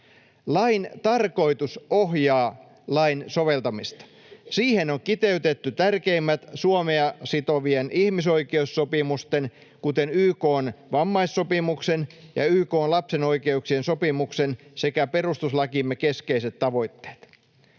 Lain tarkoitus ohjaa lain soveltamista. Siihen on kiteytetty tärkeimmät Suomea sitovien ihmisoikeussopimusten, kuten YK:n vammaissopimuksen ja YK:n lapsen oikeuksien sopimuksen, sekä perustuslakimme keskeiset tavoitteet.